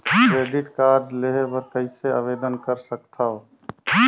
Credit card लेहे बर कइसे आवेदन कर सकथव?